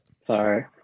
sorry